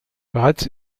bereits